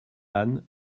lannes